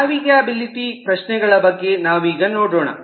navigability ಪ್ರಶ್ನೆಗಳ ಬಗೆಗೆ ನಾವೀಗ ನೋಡೋಣ